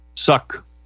Suck